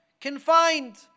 confined